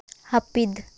ᱦᱟᱯᱤᱫ